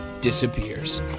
disappears